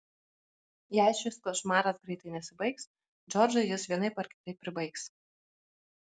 jei šis košmaras greitai nesibaigs džordžą jis vienaip ar kitaip pribaigs